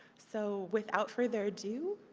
so without further ado,